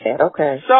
Okay